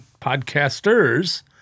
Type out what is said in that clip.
podcasters